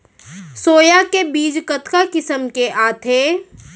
Soya के बीज कतका किसम के आथे?